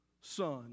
Son